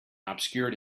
obscured